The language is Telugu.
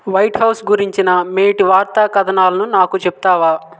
వైట్ హౌస్ గురించిన మేటి వార్తా కథనాలను నాకు చెప్తావా